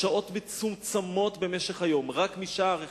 בשעות מצומצמות במשך היום, רק משער אחד,